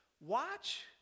watch